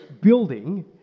building